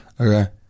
Okay